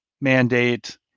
mandate